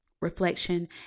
reflection